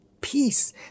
Peace